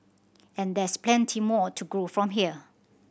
and there's plenty more to grow from here